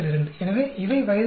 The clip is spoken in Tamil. எனவே இவை வயது சராசரி